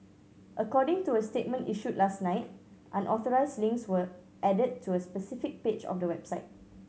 according to a statement issued last night unauthorised links were added to a specific page of the website